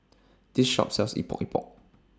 This Shop sells Epok Epok